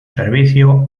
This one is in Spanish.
servicio